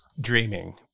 dreaming